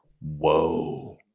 whoa